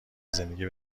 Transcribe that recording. زندگی